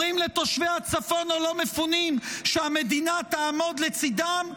אומרים לתושבי הצפון הלא-מפונים שהמדינה תעמוד לצידם,